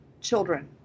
children